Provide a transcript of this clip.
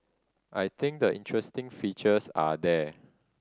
I think the interesting features are there